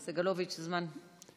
סגלוביץ', זמן.